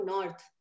North